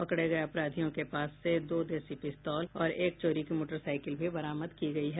पकड़े गये अपराधियों के पास से दो देसी पिस्तौल और एक चोरी की मोटरसाईकिल भी बरामद की गयी है